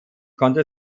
konnte